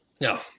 No